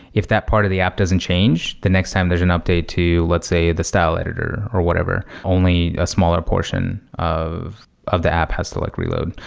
if that part of the app doesn't change, the next time there's an update to, let's say, the style editor or whatever, only a smaller portion of of the app has to like reload.